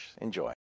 enjoy